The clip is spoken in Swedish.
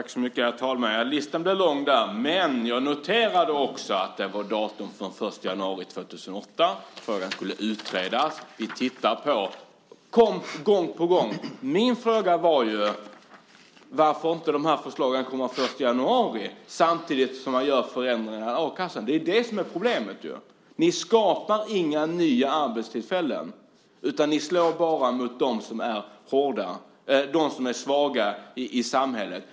Herr talman! Listan blev lång. Jag noterade att det var datum från den 1 januari 2008 och att frågor skulle utredas. Min fråga var varför inte förslagen kommer den 1 januari, samtidigt som man gör förändringarna i a-kassan. Det är ju det som är problemet. Ni skapar inga nya arbetstillfällen. Ni slår bara mot dem som är svaga i samhället.